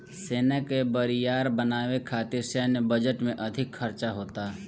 सेना के बरियार बनावे खातिर सैन्य बजट में अधिक खर्चा होता